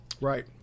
right